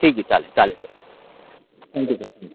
ठीक आहे चालेल चालेल सर थॅंक्यू सर हं